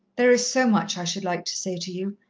there is so much i should like to say to you,